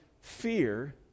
fear